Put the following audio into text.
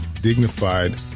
dignified